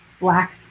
black